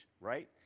right